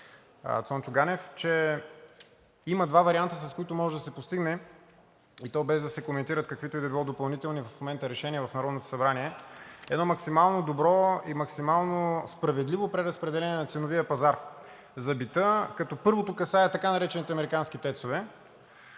Цончо Ганев, че има два варианта, с които може да се постигне, и то без да се коментират каквито и да било допълнителни в момента решения в Народното събрание. Едно максимално добро и максимално справедливо преразпределение на ценовия пазар за бита, като първото касае така наречените американски тецове.